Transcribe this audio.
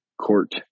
court